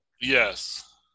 Yes